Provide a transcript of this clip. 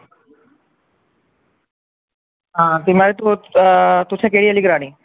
हां ते महाराज ते तुसें केह्ड़ी आह्ली करानी